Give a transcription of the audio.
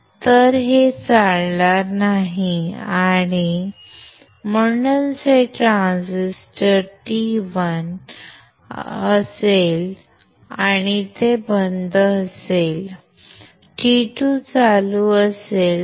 तर हे चालणार नाही आणि म्हणूनच हे ट्रान्झिस्टर T1 असेल आणि ते बंद असेल आणि T2 चालू असेल आणि